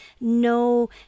no